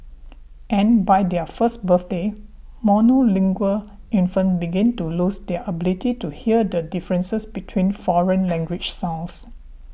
and by their first birthdays monolingual infants begin to lose their ability to hear the differences between foreign language sounds